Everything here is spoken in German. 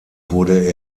wurde